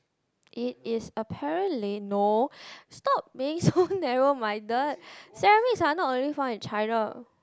it is apparently no stop being so narrow minded ceramics are not only found in China